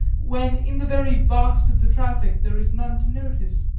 when in the very vast of the traffic there is none to notice.